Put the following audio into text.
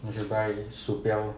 you should buy